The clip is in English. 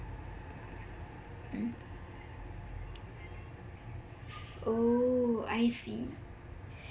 oh I see